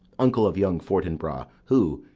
uncle of young fortinbras who,